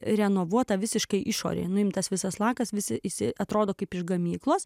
renovuota visiškai išorė nuimtas visas lakas visi visi atrodo kaip iš gamyklos